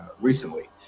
recently